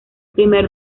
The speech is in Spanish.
primer